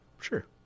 Sure